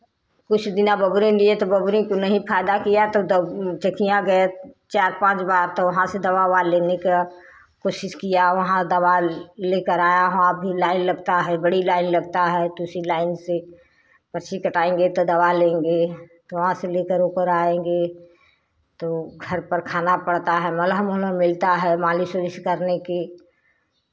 कुछ दिना बोगरे लिए तो बबरी को नहीं फायदा किया तो चकियाँ गए चार पाँच बार तो वहाँ से दवा ओवा लेने का कोशिश किया वहाँ दवा लेकर आया वहाँ भी लाइन लगता है बड़ी लाइन लगता है तो उसी लाइन से पर्ची कटाएँगे तो दवा लेंगे तो वहाँ से लेकर ओकर आएँगे तो घर पर खाना पड़ता है मलहम ओलहम मिलता है मालिश ओलिश करने की